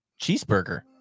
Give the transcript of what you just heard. cheeseburger